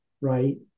right